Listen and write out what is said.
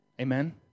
Amen